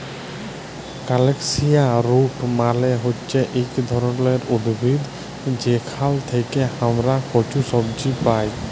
colocasia root মালে হচ্যে ইক ধরলের উদ্ভিদ যেখাল থেক্যে হামরা কচু সবজি পাই